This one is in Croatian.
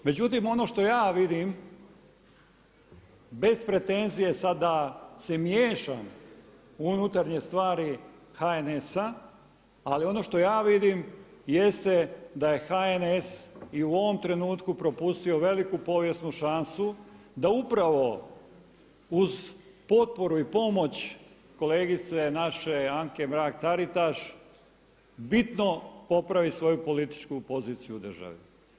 Međutim, ono što ja vidim, bez pretenzije sad da se miješam u unutarnje stvari HNS-a, ali ono što ja vidim jeste da je HNS i u ovom trenutku propustio veliku povijesnu šansu da upravo uz potporu i pomoć kolegice naše Anke Mrak Taritaš, bitno popravi svoju političku poziciju u državi.